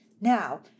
Now